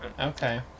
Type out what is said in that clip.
Okay